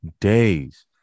days